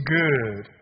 good